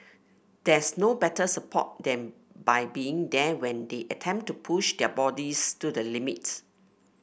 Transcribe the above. there's no better support than by being there when they attempt to push their bodies to the limit